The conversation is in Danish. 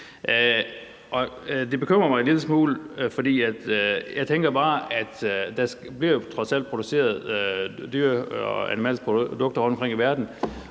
bekymrer mig en lille smule, for jeg tænker bare, at der trods alt bliver produceret animalske produkter rundtomkring i verden,